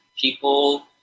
people